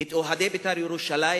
את אוהדי "בית"ר ירושלים",